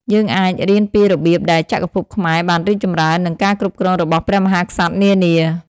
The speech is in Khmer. យើងអាចរៀនពីរបៀបដែលចក្រភពខ្មែរបានរីកចម្រើន និងការគ្រប់គ្រងរបស់ព្រះមហាក្សត្រនានា។